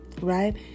right